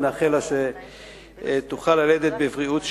נאחל לה שתלד בבריאות שלמה,